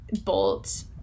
Bolt